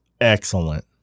excellent